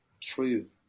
true